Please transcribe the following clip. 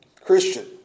Christian